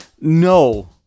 no